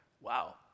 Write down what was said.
wow